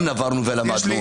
גם נברנו ולמדנו.